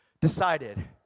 decided